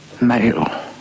Male